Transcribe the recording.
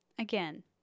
again